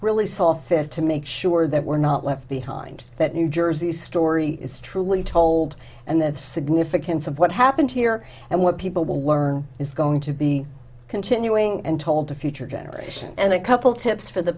really saw fit to make sure that we're not left behind that new jersey story is truly told and the significance of what happened here and what people will learn is going to be continuing and told to future generations and a couple tips for the